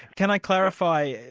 can i clarify?